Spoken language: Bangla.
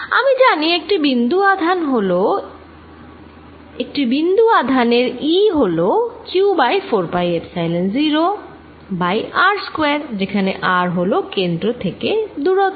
আমি জানি একটি বিন্দু আধান এর E হল q by 4 pi epsilon 0 by r square যেখানে r হল কেন্দ্র থেকে দূরত্ব